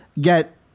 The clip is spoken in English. get